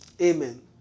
Amen